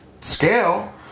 scale